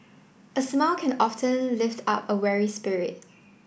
a smile can often lift up a weary spirit